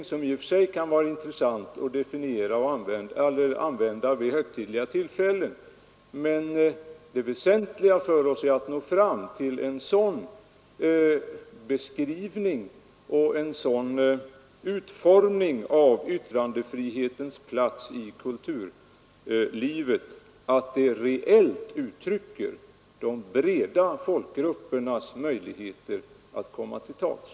En sådan kan i och för sig vara intressant att använda vid högtidligare tillfällen, men det väsentliga för oss är att nå fram till en sådan beskrivning och en sådan utformning av yttrandefrihetens plats i kulturlivet som reellt uttrycker de breda folkgruppernas möjligheter att komma till tals.